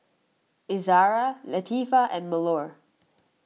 Izzara Latifa and Melur